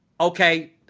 okay